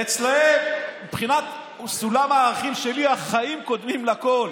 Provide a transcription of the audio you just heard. אצלם, מבחינת סולם הערכים שלי החיים קודמים לכול.